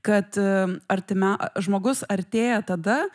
kad artimiau žmogus artėja tada